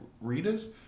readers